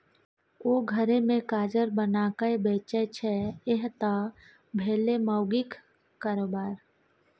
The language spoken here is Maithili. ओ घरे मे काजर बनाकए बेचय छै यैह त भेलै माउगीक कारोबार